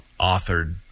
authored